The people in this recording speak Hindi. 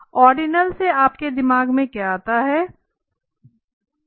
ऑर्डिनल से आपके दिमाग में क्या आता है